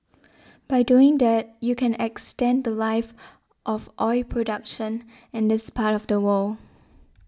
by doing that you can extend the Life of oil production in this part of the world